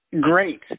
Great